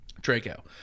Draco